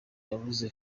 yavuze